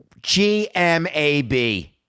GMAB